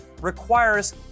requires